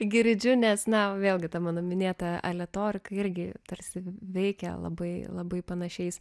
girdžiu nes na vėlgi ta mano minėta aleatorika irgi tarsi veikė labai labai panašiais